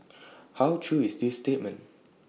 how true is this statement